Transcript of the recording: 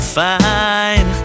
fine